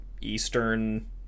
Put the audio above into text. Eastern